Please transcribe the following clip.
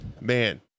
Man